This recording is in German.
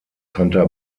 santa